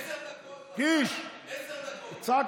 כמה,